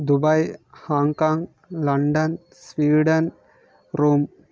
Dubai Hong Kong London Sweden Rome